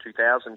2000